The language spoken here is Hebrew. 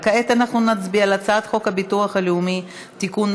כעת אנחנו נצביע על הצעת חוק הביטוח הלאומי (תיקון,